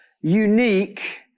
unique